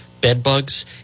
bedbugs